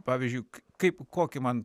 pavyzdžiui kaip kokį man